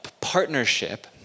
partnership